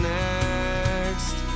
next